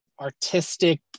artistic